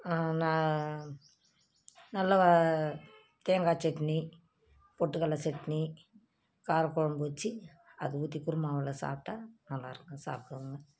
ந நல்ல தேங்காய் சட்னி பொட்டுகடல சட்னி கார குழம்பு வெச்சு அதை ஊற்றி குருமாவில் சாப்பிட்டா நல்லாயிருக்கும் சாப்பிடோன்ன